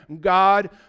God